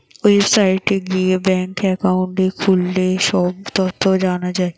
ওয়েবসাইটে গিয়ে bank account খুললে সব তথ্য জানা যায়